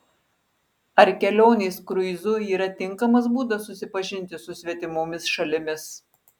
ar kelionės kruizu yra tinkamas būdas susipažinti su svetimomis šalimis